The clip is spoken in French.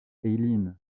eileen